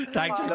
Thanks